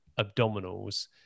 abdominals